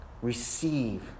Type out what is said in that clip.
Receive